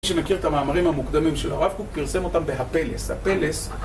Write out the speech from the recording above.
מי שמכיר את המאמרים המוקדמים של הרב קוק. פרסם אותם בהפלס, הפלס